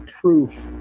proof